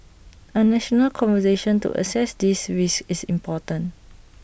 A national conversation to assess these risks is important